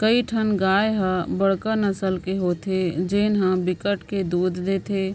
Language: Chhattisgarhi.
कइठन गाय ह बड़का नसल के होथे जेन ह बिकट के दूद देथे,